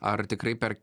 ar tikrai per